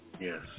Yes